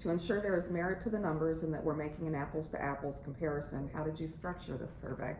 to ensure there is merit to the numbers and that we're making an apples-to-apples comparison. how did you structure this survey?